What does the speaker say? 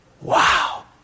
Wow